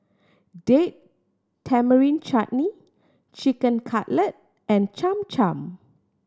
Date Tamarind Chutney Chicken Cutlet and Cham Cham